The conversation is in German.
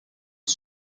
ist